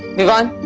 vivaan,